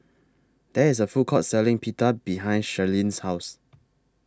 There IS A Food Court Selling Pita behind Sharlene's House